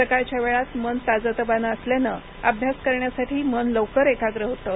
सकाळच्या वेळात मन ताजंतवानं असल्यानं अभ्यास करण्यासाठी मन लवकर एकाग्र होतं